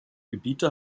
gebiete